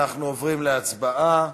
אנחנו עוברים להצבעה.